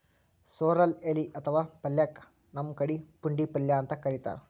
sorrel ಎಲಿ ಅಥವಾ ಪಲ್ಯಕ್ಕ್ ನಮ್ ಕಡಿ ಪುಂಡಿಪಲ್ಯ ಅಂತ್ ಕರಿತಾರ್